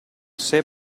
s’è